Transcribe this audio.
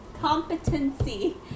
competency